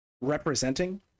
representing